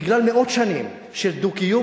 בגלל מאות שנים של דו-קיום,